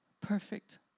perfect